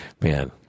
Man